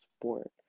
sport